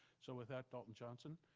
so with that, dalton johnson,